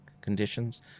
conditions